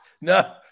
No